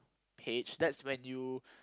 page that's when you